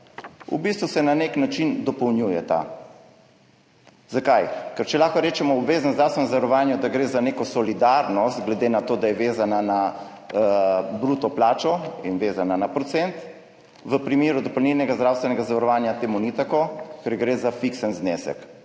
V bistvu se na nek način dopolnjujeta. Zakaj? Ker če lahko rečemo v obveznem zdravstvenem zavarovanju, da gre za neko solidarnost, glede na to, da je vezan na bruto plačo in vezan na procent, v primeru dopolnilnega zdravstvenega zavarovanja to ni tako, ker gre za fiksen znesek.